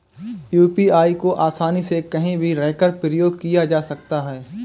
UPI को आसानी से कहीं भी रहकर प्रयोग किया जा सकता है